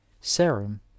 serum